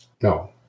no